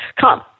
come